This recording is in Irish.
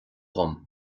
dom